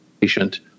patient